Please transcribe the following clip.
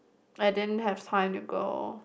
I didn't have time to go